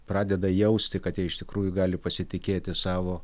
pradeda jausti kad jie iš tikrųjų gali pasitikėti savo